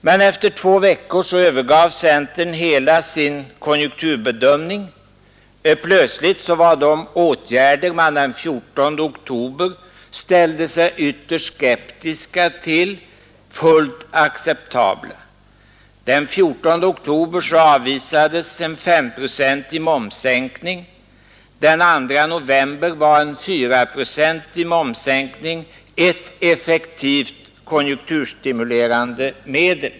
Men efter två veckor övergav centern hela sin konjunkturbedömning. Plötsligt var de åtgärder fullt acceptabla som man den 14 oktober ställde sig ytterst skeptisk till. Den 14 oktober avvisades en S—procentig momssänkning. Den 2 november var en 4—procentig momssänkning ett effektivt konjunkturstimulerande medel.